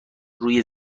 روی